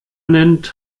nennt